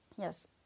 yes